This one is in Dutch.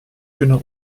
kunnen